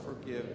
forgive